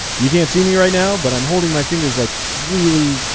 you can't see me right now, but i'm holding my fingers like really,